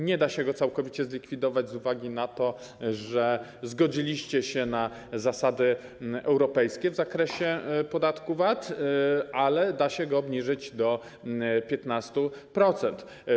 Nie da się go całkowicie zlikwidować z uwagi na to, że zgodziliście się na zasady europejskie w zakresie podatku VAT, ale da się go obniżyć do 15%.